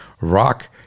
Rock